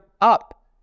up